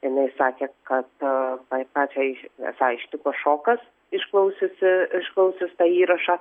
jinai sakė kad a pa pačią iš esą ištiko šokas išklausiusi išklausius tą įrašą